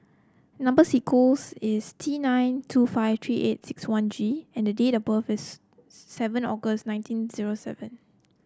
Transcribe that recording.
number sequence is T nine two five three eight six one G and date of birth is seven August nineteen zero seven